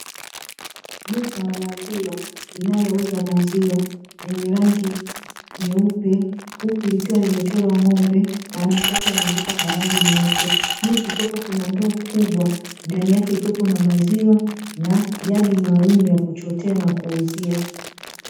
Duka la maziwa linalouza maziwa, lenye rangi nyeupe, huku likiwa limechorwa ng'ombe, maandishi yake yameandikwa kwa rangi nyeupe. Juu kukiwepo kuna ndoo kubwa, ndani yake ikiwepo na maziwa, na jagi maalumu ya kuchotea na kuuzia.